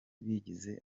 bigeze